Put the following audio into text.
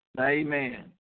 Amen